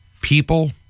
people